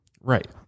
Right